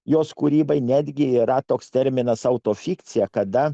jos kūrybai netgi yra toks terminas sau to fikcija kada